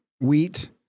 wheat